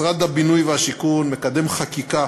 משרד הבינוי והשיכון מקדם חקיקה,